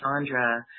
Sandra